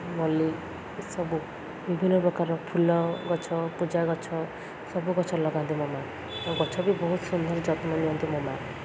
ମଲ୍ଲି ଏ ସବୁ ବିଭିନ୍ନ ପ୍ରକାର ଫୁଲ ଗଛ ପୂଜା ଗଛ ସବୁ ଗଛ ଲଗାନ୍ତି ମୋ ମାଆ ଆଉ ଗଛ ବି ବହୁତ ସୁନ୍ଦର ଯତ୍ନ ନିଅନ୍ତି ମୋ ମାଆ